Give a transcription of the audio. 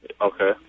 Okay